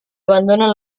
abandonen